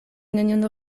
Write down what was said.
nenion